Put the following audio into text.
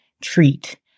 treat